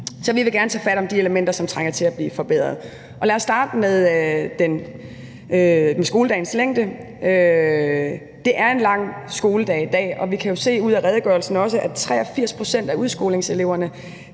Så vi vil gerne tage fat om de elementer, som trænger til at blive forbedret. Lad os starte med skoledagens længde. Det er en lang skoledag i dag, og vi kan jo se ud af redegørelsen, at 83 pct. af udskolingseleverne